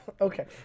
okay